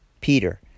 Peter